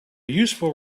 useful